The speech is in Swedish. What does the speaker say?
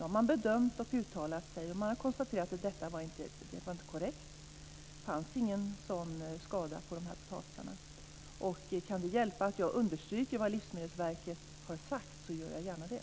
Man har bedömt situationen, uttalat sig och konstaterat att detta inte var korrekt. Det fanns ingen sådan skada på dessa potatisar. Kan det hjälpa att jag understryker vad Livsmedelsverket har sagt gör jag gärna det.